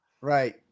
Right